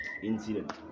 Incident